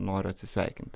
noriu atsisveikinti